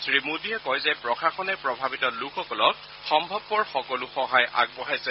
শ্ৰী মোদীয়ে কয় যে প্ৰশাসনে প্ৰভাৱিত লোকসকলক সম্ভৱপৰ সকলো সহায় আগবঢ়াইছে